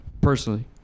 personally